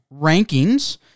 rankings